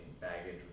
baggage